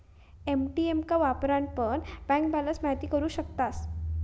ATM का वापरान पण बँक बॅलंस महिती करू शकतास